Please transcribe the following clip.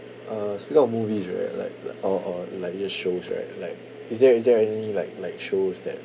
err speaking of movies right like like or or like just shows right like is there is there any like like shows that